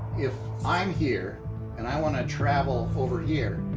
if i'm here and i want to travel over here,